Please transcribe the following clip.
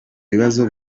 bibazo